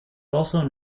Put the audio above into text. also